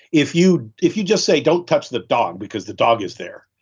if you if you just say, don't touch the dog, because the dog is there,